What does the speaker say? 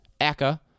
aka